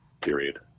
period